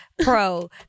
Pro